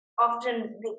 often